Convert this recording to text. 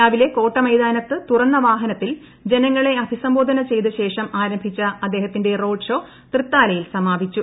രാവിലെ കോട്ടമൈതാനത്തു തുറന്ന വാഹനത്തിൽ ജനങ്ങളെ അഭിസംബോധന ചെയ്ത ശേഷം ആരംഭിച്ച അദ്ദേഹത്തിന്റെ റോഡ് ഷോ തൃത്താലയിൽ സമാപിച്ചു